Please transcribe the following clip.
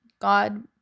God